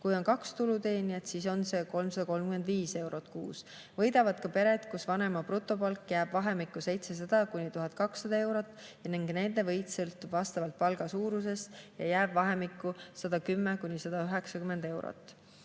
Kui on kaks tulu teenijat, siis on see 335 eurot kuus. Võidavad ka pered, kus vanema brutopalk jääb vahemikku 700–1200 eurot, nende võit sõltub palga suurusest ja jääb vahemikku 110–190 eurot.